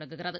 தொடங்குகிறது